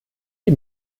die